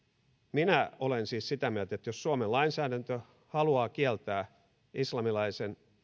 minä olen siis sitä mieltä että jos suomen lainsäädäntö haluaa kieltää islamilaisen